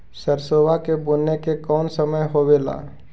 सरसोबा के बुने के कौन समय होबे ला?